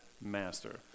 master